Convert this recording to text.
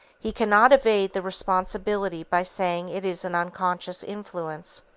he cannot evade the responsibility by saying it is an unconscious influence.